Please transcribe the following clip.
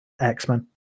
X-Men